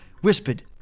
whispered